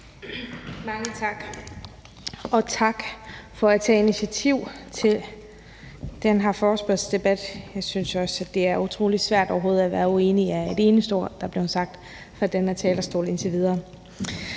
Mange tak, og tak for at tage initiativ til den her forespørgselsdebat. Jeg synes jo også, det er utrolig svært overhovedet at være uenig i et eneste af de ord, der er blevet sagt fra den her talerstol indtil videre.